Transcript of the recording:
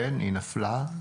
בבקשה.